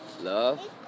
Love